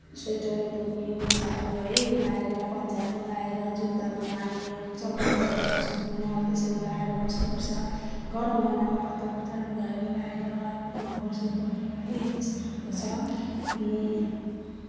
sweater टोपी मोजाहरू है लगाएर पन्जाहरू लगाएर जुत्ताबिना हामी चप्पलमा बस्न सक्दैनौँ अब त्यसरी लगाएर बस्नुपर्छ गरम महिनामा पातला पातला लुगाहरू लगाएर है बस्नुपऱ्यो है त्यस्तो खालको छ अनि